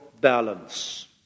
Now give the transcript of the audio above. balance